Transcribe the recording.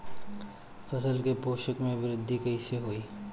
फसल के पोषक में वृद्धि कइसे होई?